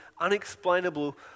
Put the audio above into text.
unexplainable